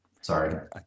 Sorry